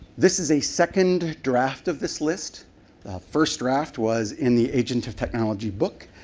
this is a second draft of this list. a first draft was in the agent of technology book,